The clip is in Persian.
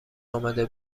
امده